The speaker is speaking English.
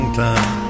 time